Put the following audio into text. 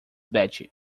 betty